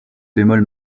bémol